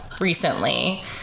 recently